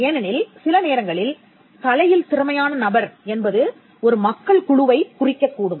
ஏனெனில் சில நேரங்களில் கலையில் திறமையான நபர் என்பது ஒரு மக்கள் குழுவைக் குறிக்கக் கூடும்